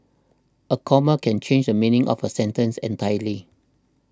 a comma can change the meaning of a sentence entirely